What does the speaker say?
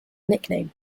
nickname